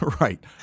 right